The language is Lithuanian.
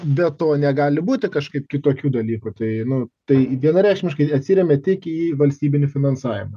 be to negali būti kažkaip kitokių dalykų tai nu tai vienareikšmiškai atsiremia tik į valstybinį finansavimą